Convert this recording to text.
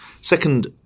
second